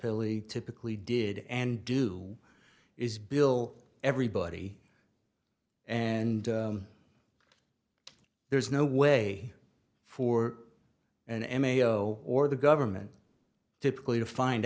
billy typically did and do is bill everybody and there's no way for an m a o or the government typically to find